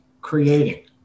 creating